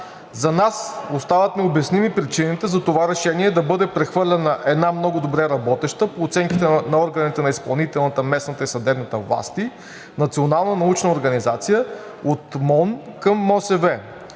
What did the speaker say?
За нас остават необясними причините за това решение – да бъде прехвърлена една много добре работеща, по оценките на органите на изпълнителната, местната и съдебната власти, национална научна организация от МОН към МОСВ.